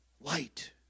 light